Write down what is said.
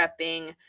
prepping